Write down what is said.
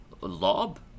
lob